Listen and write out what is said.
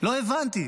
לא הבנתי,